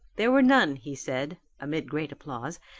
there were none he said, amid great applause,